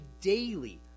daily